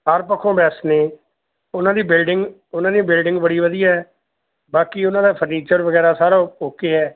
ਹਰ ਪੱਖੋਂ ਬੈਸਟ ਨੇ ਉਹਨਾਂ ਦੀ ਬਿਲਡਿੰਗ ਉਹਨਾਂ ਦੀ ਬਿਲਡਿੰਗ ਬੜੀ ਵਧੀਆ ਬਾਕੀ ਉਹਨਾਂ ਦਾ ਫਰਨੀਚਰ ਵਗੈਰਾ ਸਾਰਾ ਓਕੇ ਹੈ